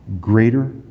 greater